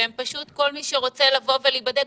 ופשוט כל מי שרוצה להיבדק...